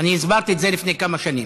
אני הסברתי את זה לפני כמה שנים.